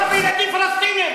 כי מדובר בילדים פלסטינים,